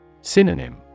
Synonym